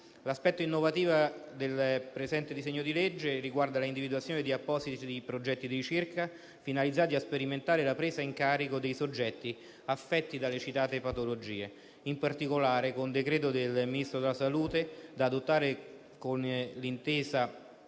L'aspetto innovativo del presente disegno di legge riguarda l'individuazione di appositi progetti di ricerca finalizzati a sperimentare la presa in carico dei soggetti affetti dalle citate patologie. In particolare, con decreto del Ministro della salute, da adottare previa intesa